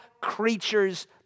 creature's